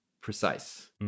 precise